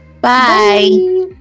Bye